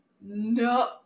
No